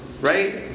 right